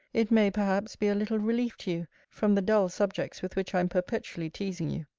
it may, perhaps, be a little relief to you from the dull subjects with which i am perpetually teasing you.